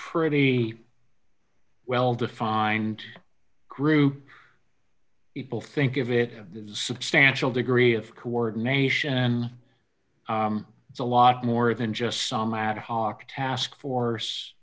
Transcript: pretty well defined group people think of it substantial degree of coordination and it's a lot more than just some ad hoc task force